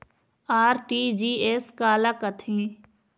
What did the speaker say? RTGS काला कथें?